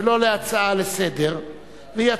ולא להצעה לסדר-היום,